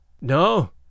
No